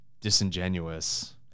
disingenuous